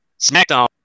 SmackDown